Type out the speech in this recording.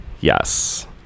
yes